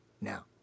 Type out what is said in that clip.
Now